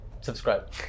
subscribe